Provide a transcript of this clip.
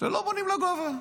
ולא בונים לגובה.